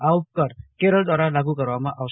આ ઉપકર કેરળ દ્વારા લાગુ કરવામાં આવશે